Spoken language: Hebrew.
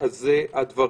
אז אלו הדברים.